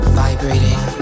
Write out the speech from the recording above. vibrating